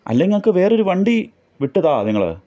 അല്ലെങ്കിൽ ഞങ്ങൾക്ക് വേറൊരു വണ്ടി വിട്ടു താ നിങ്ങൾ